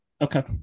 Okay